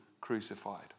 crucified